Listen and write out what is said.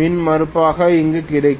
மின்மறுப்பாக இங்கு கிடைக்கும்